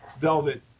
Velvet